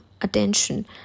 attention